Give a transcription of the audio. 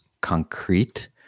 concrete